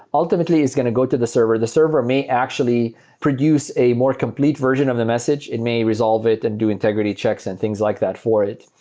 ultimately, it's going to go to the server. the server may actually produce a more complete version of the message. it may resolve it to and do integrity checks and things like that for it.